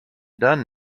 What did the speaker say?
done